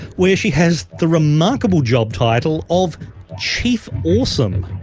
where she has the remarkable job title of chief awesome.